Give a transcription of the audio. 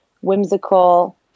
whimsical